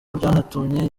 byanatumye